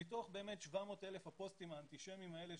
מתוך 700,000 הפוסטים האנטישמיים האלה,